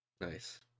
Nice